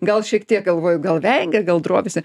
gal šiek tiek galvoju gal vengia gal drovisi